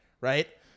right